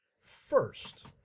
First